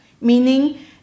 meaning